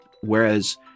whereas